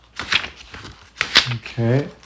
Okay